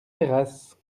terrasse